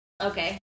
okay